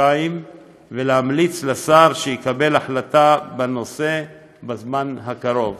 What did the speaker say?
חודשיים וימליץ לשר שיקבל החלטה בנושא בזמן הקרוב.